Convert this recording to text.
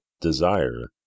desire